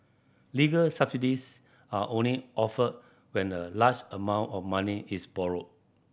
legal subsidies are only offered when a large amount of money is borrowed